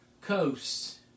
coasts